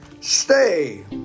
Stay